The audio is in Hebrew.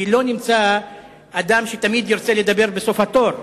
כי לא נמצא אדם שתמיד ירצה לדבר בסוף התור.